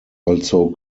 also